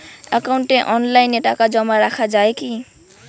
একাউন্টে অনলাইনে টাকা জমা রাখা য়ায় কি?